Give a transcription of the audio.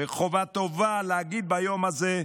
וחובה טובה להגיד ביום הזה,